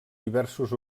diversos